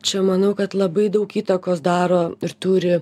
čia manau kad labai daug įtakos daro ir turi